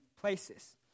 places